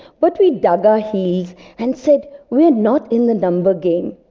but we dug our heels and said, we're not in the number game.